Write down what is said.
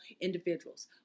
individuals